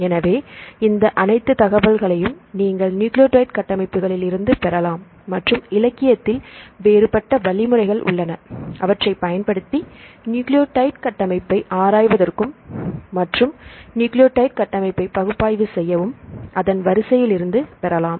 எனவே இந்த அனைத்து தகவல்களையும் நீங்கள் நியூக்ளியோடைடு கட்டமைப்புகளில் இருந்து பெறலாம் மற்றும் இலக்கியத்தில் வேறுபட்ட வழிமுறைகள் உள்ளன அவற்றை பயன்படுத்தி நியூக்ளியோடைடு கட்டமைப்பை ஆராய்வதற்கும் மற்றும் நியூக்ளியோடைடு கட்டமைப்பை பகுப்பாய்வு செய்யவும் நியூக்ளியோடைடு வரிசையிலிருந்து பெறலாம்